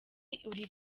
iri